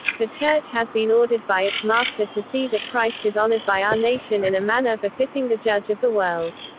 the church has been ordered by its master to see that christ is honoured by our nation in a manner befitting the judge of the world.